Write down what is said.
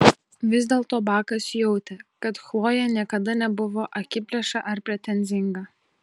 vis dėlto bakas jautė kad chlojė niekada nebuvo akiplėša ar pretenzinga